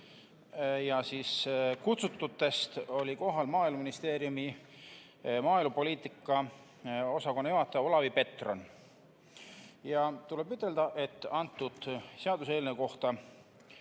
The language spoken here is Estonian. ja kutsututest oli kohal Maaeluministeeriumi maaelupoliitika osakonna juhataja Olavi Petron. Tuleb ütelda, et antud seaduseelnõu kohta